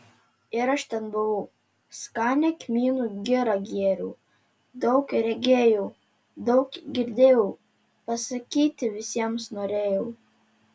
ir aš ten buvau skanią kmynų girą gėriau daug regėjau daug girdėjau pasakyti visiems norėjau